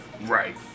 right